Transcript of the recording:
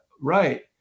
Right